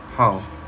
how